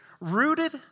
rooted